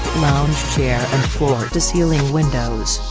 lounge chair and floor-to-ceiling windows.